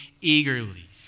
eagerly